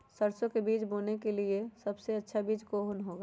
सरसो के बीज बोने के लिए कौन सबसे अच्छा बीज होगा?